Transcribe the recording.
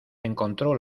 encontró